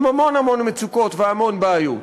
עם המון המון מצוקות והמון בעיות.